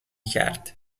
کرد